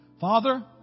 Father